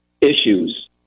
issues